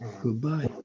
Goodbye